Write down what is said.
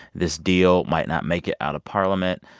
this deal might not make it out of parliament.